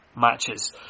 matches